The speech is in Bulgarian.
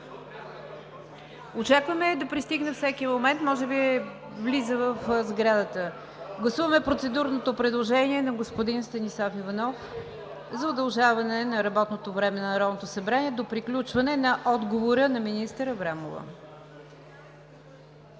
Очакваме я да пристигне всеки момент. Може би влиза в сградата. Гласуваме процедурното предложение на господин Станислав Иванов за удължаване на работното време на Народното събрание до приключване на отговора на министър Аврамова.